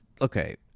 okay